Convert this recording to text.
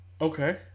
Okay